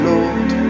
Lord